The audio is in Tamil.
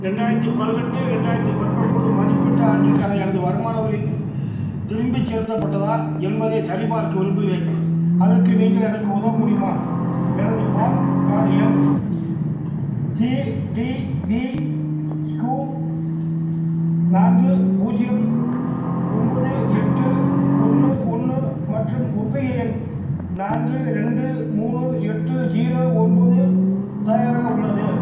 ரெண்டாயிரத்தி பதினெட்டு ரெண்டாயிரத்தி பத்தொம்பது மதிப்பீட்டு ஆண்டிற்கான எனது வருமான வரி திரும்பிச் செலுத்தப்பட்டதா என்பதைச் சரிபார்க்க விரும்புகிறேன் அதற்கு நீங்கள் எனக்கு உதவ முடியுமா எனது பான் கார்டு எண் சிடிவிக்யூ நான்கு பூஜ்ஜியம் ஒம்பது எட்டு ஒன்று ஒன்று மற்றும் ஒப்புகை எண் நான்கு ரெண்டு மூணு எட்டு ஜீரோ ஒன்பது தயாராக உள்ளது